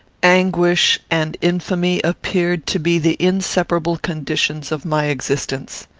anguish and infamy appeared to be the inseparable conditions of my existence.